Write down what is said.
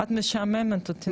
את משעממת אותי.